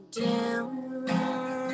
down